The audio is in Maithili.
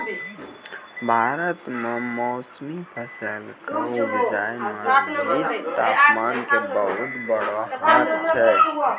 भारत मॅ मौसमी फसल कॅ उपजाय मॅ भी तामपान के बहुत बड़ो हाथ छै